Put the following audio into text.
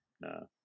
No